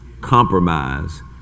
compromise